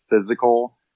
physical